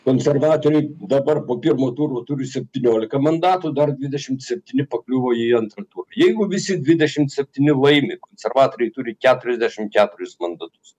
konservatoriai dabar po pirmo turo turi septyniolika mandatų dar dvidešimt septyni pakliuvo į antrą turą jeigu visi dvidešimt septyni laimi konservatoriai turi keturiasdešim keturis mandatus